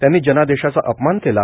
त्यांनी जनादेशाचा अपमान केला